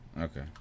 Okay